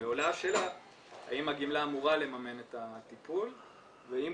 ועולה השאלה האם הגמלה אמורה לממן את הטיפול ואם